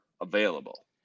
available